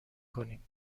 کنیم